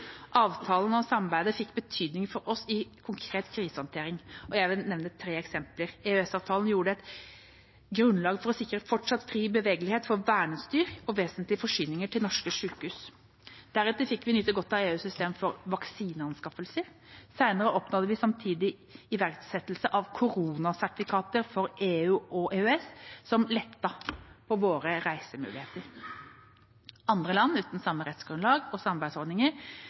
Avtalen og samarbeidet fikk betydning for oss i konkret krisehåndtering. Jeg vil nevne tre eksempler. EØS-avtalen utgjorde et grunnlag for å sikre fortsatt fri bevegelighet for verneutstyr og vesentlige forsyninger til norske sykehus. Deretter fikk vi nyte godt av EUs system for vaksineanskaffelser. Senere oppnådde vi en samtidig iverksettelse av koronasertifikater for EU og EØS, som lettet våre reisemuligheter. Andre land uten samme rettsgrunnlag og samarbeidsordninger